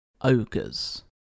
Ogres